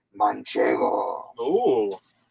manchego